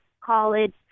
college